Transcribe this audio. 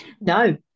No